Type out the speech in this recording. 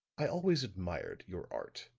i always admired your art.